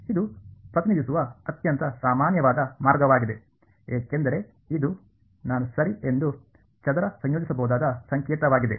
ಇದು ಪ್ರತಿನಿಧಿಸುವ ಅತ್ಯಂತ ಸಾಮಾನ್ಯವಾದ ಮಾರ್ಗವಾಗಿದೆ ಏಕೆಂದರೆ ಇದು ನಾನು ಸರಿ ಎಂದು ಚದರ ಸಂಯೋಜಿಸಬಹುದಾದ ಸಂಕೇತವಾಗಿದೆ